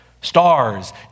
stars